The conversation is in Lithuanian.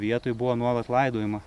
vietoj buvo nuolat laidojama